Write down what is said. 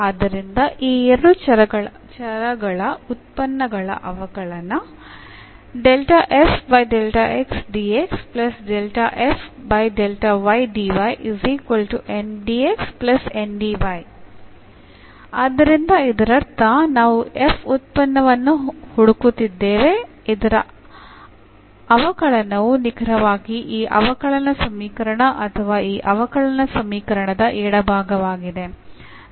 ಆದ್ದರಿಂದ ಈ ಎರಡು ಚರಗಳ ಉತ್ಪನ್ನಗಳ ಅವಕಲನ ಆದ್ದರಿಂದ ಇದರರ್ಥ ನಾವು ಉತ್ಪನ್ನವನ್ನು ಹುಡುಕುತ್ತಿದ್ದೇವೆ ಇದರ ಅವಕಲನವು ನಿಖರವಾಗಿ ಈ ಅವಕಲನ ಸಮೀಕರಣ ಅಥವಾ ಈ ಅವಕಲನ ಸಮೀಕರಣದ ಎಡಭಾಗವಾಗಿದೆ